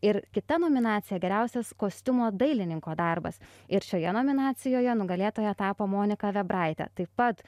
ir kita nominacija geriausias kostiumų dailininko darbas ir šioje nominacijoje nugalėtoja tapo monika vėbraitė taip pat